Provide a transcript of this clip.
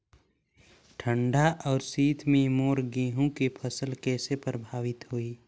ठंडा अउ शीत मे मोर गहूं के फसल कइसे प्रभावित होही?